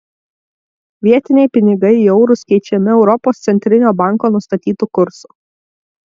vietiniai pinigai į eurus keičiami europos centrinio banko nustatytu kursu